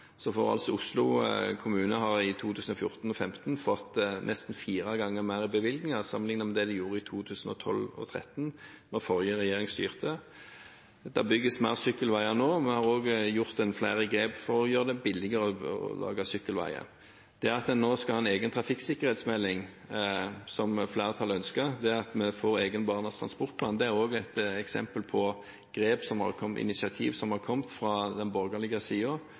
Oslo kommune i 2014 og 2015 fått nesten fire ganger større bevilgninger sammenliknet med det de fikk i 2012 og 2013 da forrige regjering styrte. Det bygges mer sykkelveier nå. Vi har også tatt flere grep for å gjøre det billigere å lage sykkelveier. Det at en nå skal ha en egen trafikksikkerhetsmelding, som flertallet ønsker, og at vi får en egen Barnas transportplan, er også eksempel på initiativ som har kommet fra den borgerlige siden, som gjør at vi altså har kommet